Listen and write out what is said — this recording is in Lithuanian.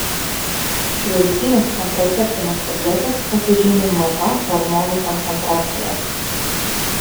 šiuolaikinės kontraceptinės tabletės pasižymi maža hormonų koncentracija